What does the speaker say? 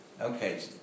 Okay